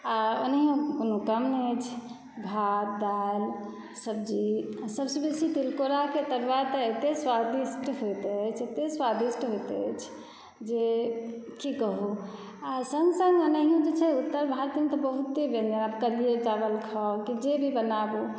आओर ओनैहिओ कोनो कम नहि अछि भात दालि सब्जी आओर सबसँ बेसी तिलकोराके तरुआ तऽ एते स्वादिष्ट होइत अछि एते स्वादिष्ट होइत अछि जे कि कहू आओर सङ्ग सङ्ग ओनाहिओ जे छै उत्तर भारतमे तऽ बहुते व्यञ्जन छै आब कढ़िए चावल खाउ कि जे भी बनाबू